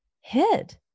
hid